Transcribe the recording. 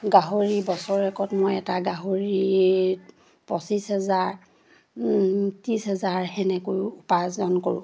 গাহৰি বছৰেকত মই এটা গাহৰিত পঁচিছ হেজাৰ ত্ৰিছ হেজাৰ সেনেকৈও উপাৰ্জন কৰোঁ